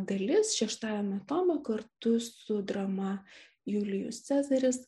dalis šeštajame tome kartu su drama julijus cezaris